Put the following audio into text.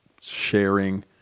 sharing